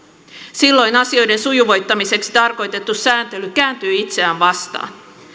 silloin asioiden sujuvoittamiseksi tarkoitettu sääntely kääntyy itseään vastaan